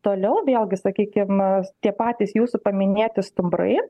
toliau vėlgi sakykim tie patys jūsų paminėti stumbrai